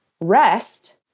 rest